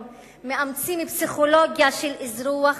מאמצות פסיכולוגיה של אזרוח הכיבוש,